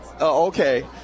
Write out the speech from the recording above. Okay